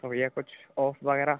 तो भइया कुछ ऑफ वगैरह